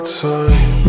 time